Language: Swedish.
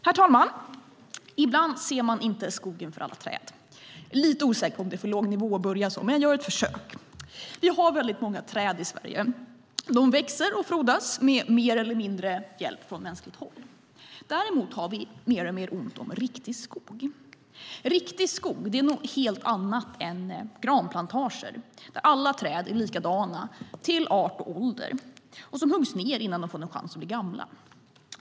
Herr talman! Ibland ser man inte skogen för alla träd. Jag är lite osäker på om det är för låg nivå att börja så, men jag gör ett försök. Vi har väldigt många träd i Sverige. De växer och frodas med mer eller mindre hjälp från mänskligt håll. Däremot har vi mer och mer ont om riktig skog. Riktig skog är något helt annat än granplantager där alla träd är likadana till art och ålder och där de huggs ned innan de fått en chans att bli gamla.